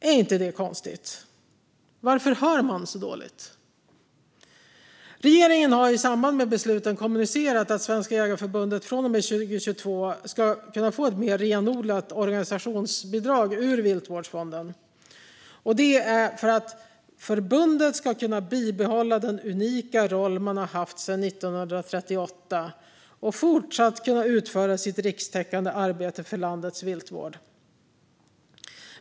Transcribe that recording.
Är inte det konstigt? Varför hör man så dåligt? Regeringen har i samband med besluten kommunicerat att Svenska Jägareförbundet från och med 2022 ska kunna få ett mer renodlat organisationsbidrag ur Viltvårdsfonden. Det är för att förbundet ska kunna bibehålla den unika roll som man har haft sen 1938 och fortsatt kunna utföra sitt rikstäckande arbete för landets viltvård.